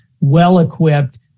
well-equipped